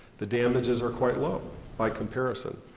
the damages are quite low by comparison.